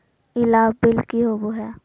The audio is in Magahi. ई लाभ बिल की होबो हैं?